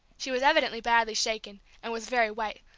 she was evidently badly shaken, and was very white.